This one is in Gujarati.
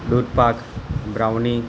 દૂધપાક બ્રાઉની